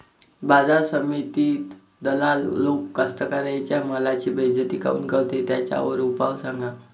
बाजार समितीत दलाल लोक कास्ताकाराच्या मालाची बेइज्जती काऊन करते? त्याच्यावर उपाव सांगा